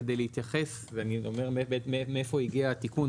אני אומר מאיפה הגיע התיקון,